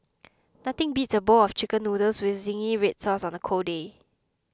nothing beats a bowl of Chicken Noodles with Zingy Red Sauce on a cold day